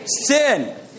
sin